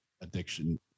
addiction